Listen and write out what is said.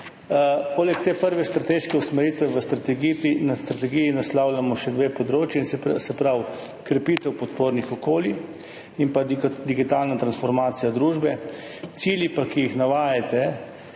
Poleg te prve strateške usmeritve v strategiji naslavljamo še dve področji, se pravi krepitev podpornih okolij in digitalno transformacijo družbe. Cilji, ki jih navajate,